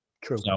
True